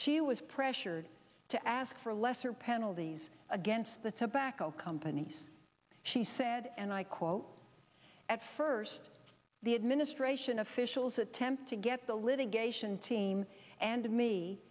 she was pressured to ask for lesser penalties against the tobacco companies she said and i quote at first the administration officials attempt to get the litigation team and